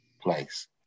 place